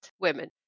women